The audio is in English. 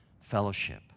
fellowship